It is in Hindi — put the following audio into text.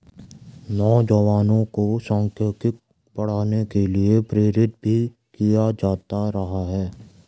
नौजवानों को सांख्यिकी पढ़ने के लिये प्रेरित भी किया जाता रहा है